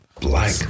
Black